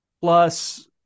plus